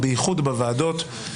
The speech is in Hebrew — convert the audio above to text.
בוועדות.